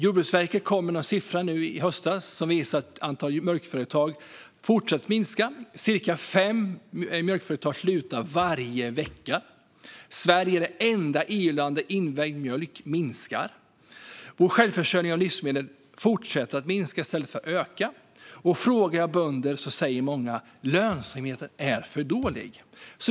Jordbruksverket kom med en siffra i höstas som visade att antalet mjölkföretag fortsätter att minska. Cirka fem mjölkföretag slutar varje vecka. Sverige är det enda EU-land där invägd mjölk minskar. Vår självförsörjning av livsmedel fortsätter att minska i stället för att öka. När jag frågar bönder säger många att lönsamheten är för dålig.